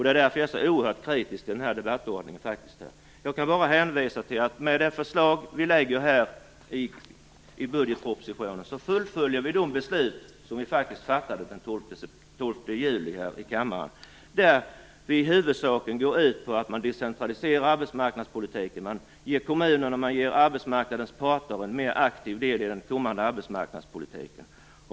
Det är därför jag är så oerhört kritisk till den här debattordningen. Jag kan bara hänvisa till att med det förslag vi lägger i budgetpropositionen fullföljer vi de beslut som vi fattade den 12 juli här i kammaren, som huvudsakligen går ut på att man decentraliserar arbetsmarknadspolitiken. Man ger kommunerna och arbetsmarknadens parter en mer aktiv del i den kommande arbetsmarknadspolitiken.